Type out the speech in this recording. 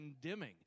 condemning